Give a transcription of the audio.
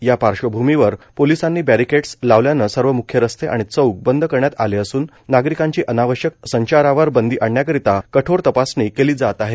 या पार्श्वभूमीवर पोलिसांनी बॅरिकेड्स लावल्यानं सर्व म्ख्य रस्ते आणि चौक बंद करण्यात आले असून नागरिकांची अनावश्यक संचारावर बंदी आणण्याकरिता कठोर तपासणी केली जात आहे